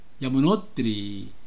Yamunotri